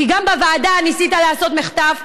כי גם בוועדה ניסית לעשות מחטף,